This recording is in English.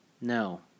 No